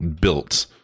built –